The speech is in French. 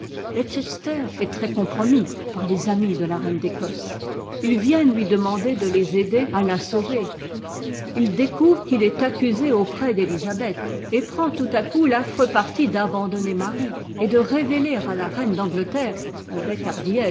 leicester est très compromis par les amis de la reine d'ecosse its viennent lui demander de tes aider à ta sauver il découvre qu'il est accusé auprès d'élisabeth et prend tout à coup l'affreux parti d'abandonner marie et de révéler à la reine d'angleterre avec